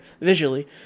visually